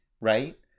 right